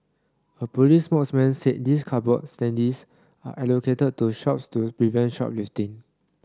a police spokesman said these cardboard standees are allocated to shops to prevent shoplifting